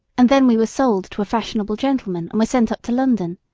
and then we were sold to a fashionable gentleman, and were sent up to london.